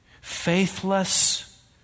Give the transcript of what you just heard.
faithless